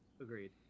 agreed